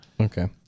Okay